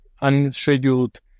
unscheduled